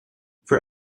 for